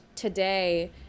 Today